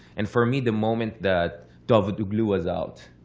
and for me, the moment that davutoglu was out,